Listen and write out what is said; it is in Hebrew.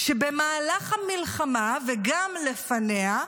שבמהלך המלחמה, וגם לפניה,